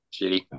Shitty